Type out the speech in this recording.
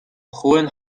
hohen